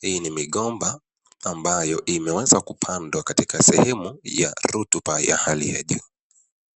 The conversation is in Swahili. hii ni migomba ambayo imeweza kupandwa katika sehemu ya rutuba ya hali ya juu.